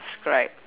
~scribe